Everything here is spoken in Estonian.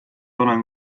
olen